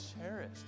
cherished